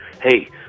hey